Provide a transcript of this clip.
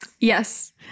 Yes